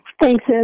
Thanks